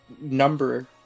number